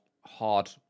hard